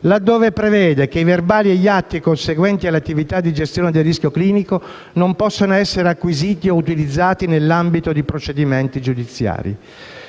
laddove prevede che i verbali e gli atti conseguenti alla attività di gestione del rischio clinico non possono essere acquisiti o utilizzati nell'ambito di procedimenti giudiziari.